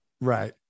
Right